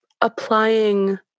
applying